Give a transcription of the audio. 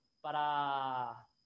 Para